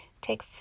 Take